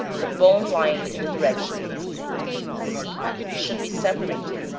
the bone lying in the direction d, b, c, should be separated,